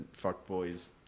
fuckboys